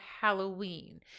Halloween